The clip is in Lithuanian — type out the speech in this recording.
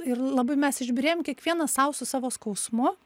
ir labai mes išbyrėjom kiekvienas sau su savo skausmu